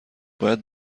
باید